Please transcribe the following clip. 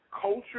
Culture